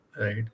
right